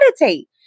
meditate